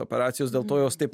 operacijos dėl to jos taip